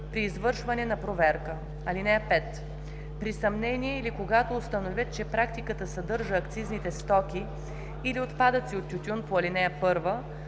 при извършване на проверка. (5) При съмнение или когато установят, че пратката съдържа акцизните стоки или отпадъци от тютюн по ал. 1,